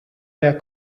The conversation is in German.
der